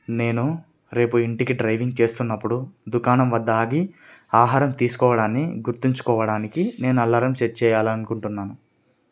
నేను రేపు ఇంటికి డ్రైవింగ్ చేస్తున్నప్పుడు దుకాణం వద్ద ఆగి ఆహారం తీసుకోవడాన్ని గుర్తుంచుకోవడానికి నేను అలారం సెట్ చేయాలనుకుంటున్నాను